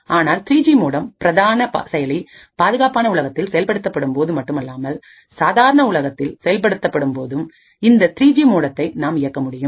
ஆனால் 3ஜி மோடம் பிரதான செயலி பாதுகாப்பான உலகத்தில் செயல்படுத்தப்படும் போது மட்டுமல்லாமல் சாதாரண உலகத்தில் செயல்படுத்தப்படும் போதும் இந்த 3ஜி மோடத்தை நாம் இயக்க முடியும்